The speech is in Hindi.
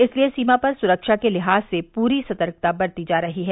इसलिये सीमा पर स्रक्षा के लिहाज़ से पूरी सतर्कता बरती जा रही है